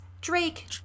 Drake